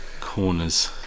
corners